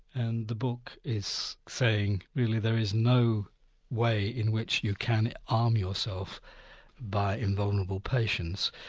and the book is saying really there is no way in which you can arm yourself by invulnerable patience.